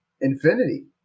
infinity